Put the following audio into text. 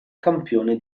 campione